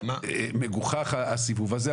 מגוחך הסיבוב הזה.